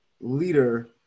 leader –